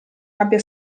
abbia